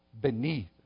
Beneath